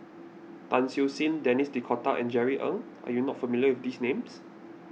Tan Siew Sin Denis D'Cotta and Jerry Ng are you not familiar with these names